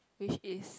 which is